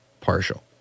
partial